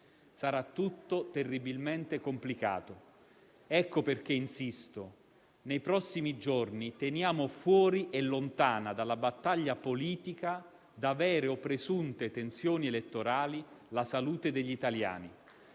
Sarà tutto terribilmente complicato. Ecco perché insisto: nei prossimi giorni teniamo fuori e lontana dalla battaglia politica, da vere o presunte tensioni elettorali, la salute degli italiani.